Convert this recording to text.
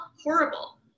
horrible